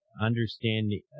understanding